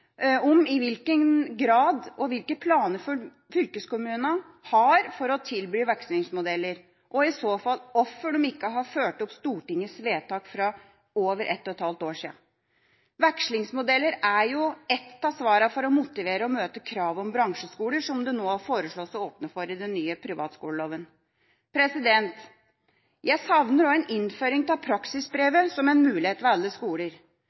om i hvilken grad og hvilke planer fylkeskommunene har for å tilby vekslingsmodeller, og i så fall hvorfor de ikke har fulgt opp Stortingets vedtak fra over et og et halvt år siden. Vekslingsmodeller er jo ett av svarene for å motivere og møte krav om bransjeskoler som det nå foreslås å åpne opp for i den nye privatskoleloven. Jeg savner også en innføring av praksisbrevet som en mulighet ved alle skoler.